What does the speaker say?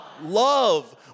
love